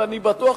ואני בטוח,